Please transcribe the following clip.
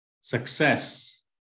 success